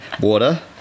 water